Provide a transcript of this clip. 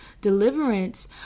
deliverance